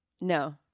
No